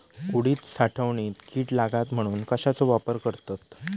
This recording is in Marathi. उडीद साठवणीत कीड लागात म्हणून कश्याचो वापर करतत?